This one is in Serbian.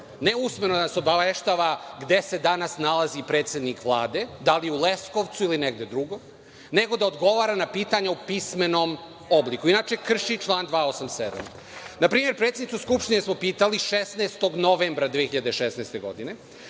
ne usmeno da nas obaveštava gde se danas nalazi predsednik Vlade, da li u Leskovcu ili negde drugo, nego da odgovara na pitanja u pismenom obliku, inače krši član 287.Na primer, predsednicu Skupštine smo pitali 16. novembra 2016. godine